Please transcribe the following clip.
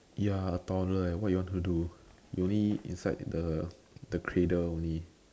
ya toddler eh what your'll going to do they only inside the the cradle only